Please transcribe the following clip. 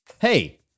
Hey